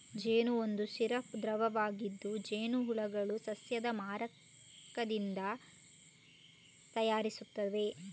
ಜೇನು ಒಂದು ಸಿರಪ್ ದ್ರವವಾಗಿದ್ದು, ಜೇನುಹುಳುಗಳು ಸಸ್ಯದ ಮಕರಂದದಿಂದ ತಯಾರಿಸುತ್ತವೆ